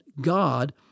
God